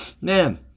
Man